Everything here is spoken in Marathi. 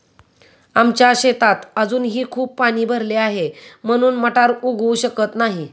आमच्या शेतात अजूनही खूप पाणी भरले आहे, म्हणून मटार उगवू शकत नाही